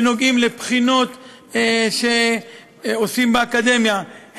שקשורות לבחינות שעושים באקדמיה,